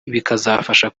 bikazafasha